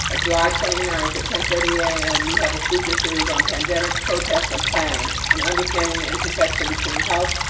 ah july twenty ninth at ten thirty a m. we have a speaker series on pandemics protests and planning and understanding the intersection between health,